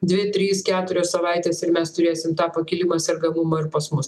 dvi trys keturios savaitės ir mes turėsim tą pakilimą sergamumo ir pas mus